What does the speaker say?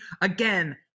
Again